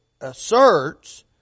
asserts